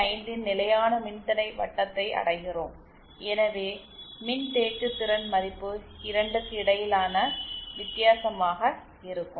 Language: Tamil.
5 இன் நிலையான மின்தடை வட்டத்தை அடைகிறோம் எனவே மின்தேக்குதிறன் மதிப்பு 2 க்கும் இடையிலான வித்தியாசமாக இருக்கும்